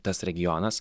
tas regionas